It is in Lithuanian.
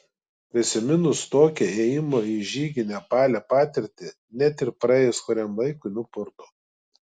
prisiminus tokią ėjimo į žygį nepale patirtį net ir praėjus kuriam laikui nupurto